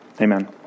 Amen